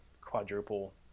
quadruple